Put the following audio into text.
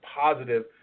positive